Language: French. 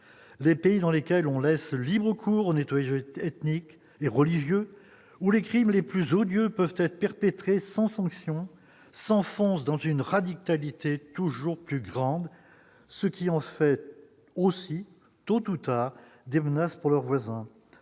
les pays dans lesquels on laisse libre cours nettoyé, jeté ethniques et religieux, où les crimes les plus odieux peuvent être perpétrés sans sanction s'enfonce dans une radicalité toujours plus grande, ce qui en fait aussi tout à des menaces pour leurs voisins,